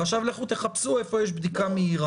ועכשיו לכו תחפשו איפה יש בדיקה מהירה.